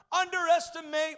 underestimate